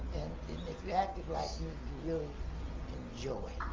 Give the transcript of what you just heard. and if you're active like me, you'd really enjoy.